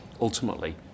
ultimately